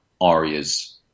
Arya's